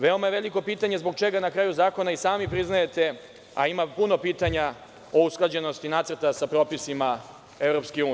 Veoma je veliko pitanje – zbog čega na kraju zakona i sami priznajete, a ima puno pitanja o usklađenosti nacrta sa propisima EU?